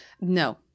No